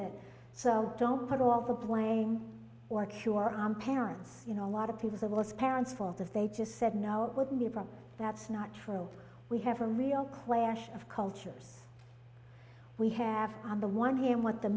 that so don't put all the blame or cure on parents you know a lot of people that was parents fault if they just said no it wouldn't be a problem that's not true we have a real clash of cultures we have on the one hand what the